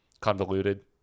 convoluted